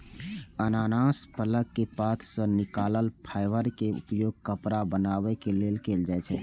अनानास फलक पात सं निकलल फाइबर के उपयोग कपड़ा बनाबै लेल कैल जाइ छै